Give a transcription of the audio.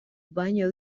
baina